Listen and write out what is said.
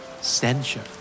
Censure